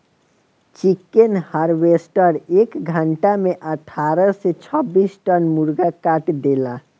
chicken harvester एक घंटा में अठारह से छब्बीस टन मुर्गा काट देला